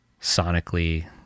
sonically